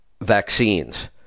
Vaccines